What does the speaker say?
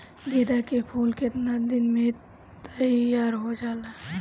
गेंदा के फूल केतना दिन में तइयार हो जाला?